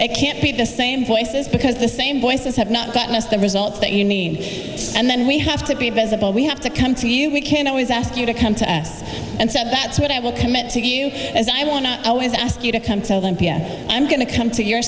it can't be the same voices because the same voices have not gotten us the results that you need and then we have to be visible we have to come to you we can always ask you to come to us and said that's what i will commit to you as i want to always ask you to come tell them pm i'm going to come to your